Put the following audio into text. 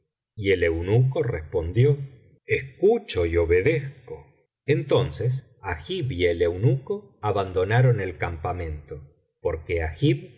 y el eunuco respondió escucho y obedezco entonces agib y el eunuco abandonaron el campamento porque agib